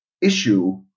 issue